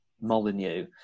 Molyneux